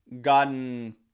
gotten